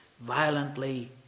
violently